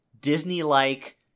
Disney-like